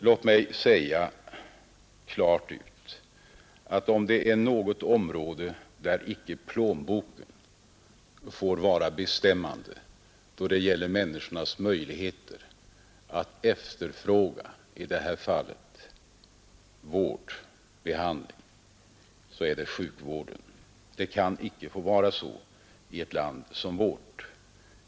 Låt mig klart säga ut att sjukvården om något är ett område, där icke plånboken fär vara bestämmande för människornas möjligheter att efterfråga i detta fall vård och behandling. Det kan icke få vara på annat sätt i ett land som vårt.